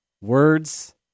Words